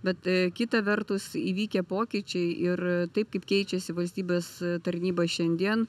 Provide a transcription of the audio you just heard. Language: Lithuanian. bet kita vertus įvykę pokyčiai ir taip kaip keičiasi valstybės tarnyba šiandien